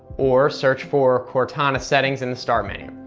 or search for cortana settings in the start menu.